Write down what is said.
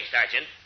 Sergeant